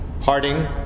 parting